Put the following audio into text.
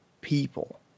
people